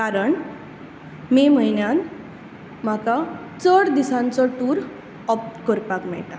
कारण मे म्हयन्यांत म्हाका चड दिसांचो टूर ऑप्ट करपाक मेळटा